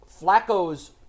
Flacco's